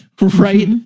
Right